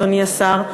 אדוני השר,